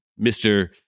Mr